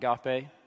Agape